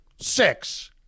six